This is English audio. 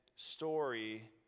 story